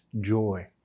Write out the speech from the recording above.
joy